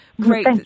great